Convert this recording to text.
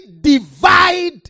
divide